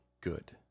good